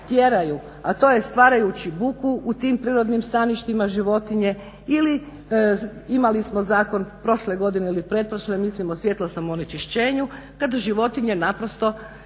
tjeraju a to je stvarajući buku u tim prirodnim staništima životinje ili imali smo prošle ili pretprošle godine mislim o svjetlosnom onečišćenju kada životinje naprosto